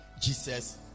Jesus